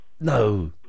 No